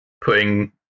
putting